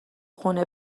خونه